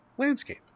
landscape